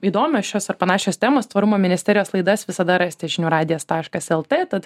įdomios šios ir panašios temos tvarumo ministerijos laidas visada rasite žinių radijas taškas lt tad